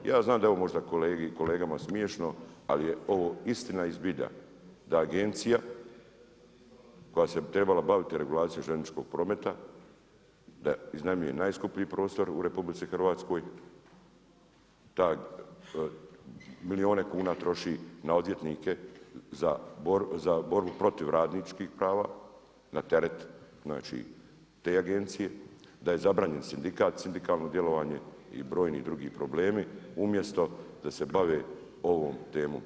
Ja znam da je ovo možda kolegama smiješno, ali je ovo istina i zbilja da agencija koja se trebala baviti regulacijom željezničkog prometa, da iznajmljuje najskuplji prostor u RH, da milijune kuna troši na odvjetnike za borbu protiv radničkih prava, na teret znači te agencije, da je zabranjen sindikat, sindikalno djelovanje, i broji drugi problemi, umjesto da se bave ovom temom.